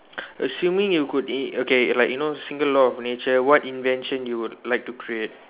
assuming you could e~ okay like you know single law of nature what invention you would like to create